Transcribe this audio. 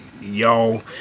y'all